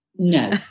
No